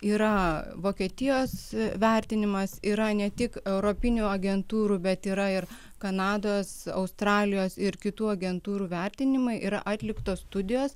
yra vokietijos vertinimas yra ne tik europinių agentūrų bet yra ir kanados australijos ir kitų agentūrų vertinimai yra atliktos studijos